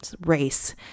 race